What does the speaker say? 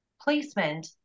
placement